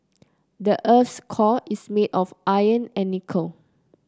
the earth's core is made of iron and nickel